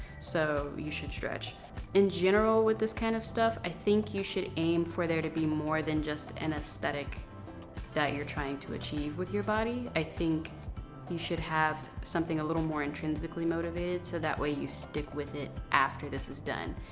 so, you should stretch in general with this kind of stuff, i think you should aim for there to be more than just an aesthetic that you're trying to achieve with your body. i think you should have something a little more intrinsically motivated. so that way, you stick with it after this is done.